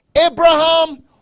Abraham